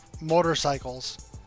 motorcycles